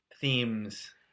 Themes